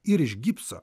ir iš gipso